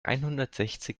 einhundertsechzig